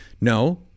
No